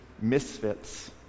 misfits